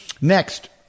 Next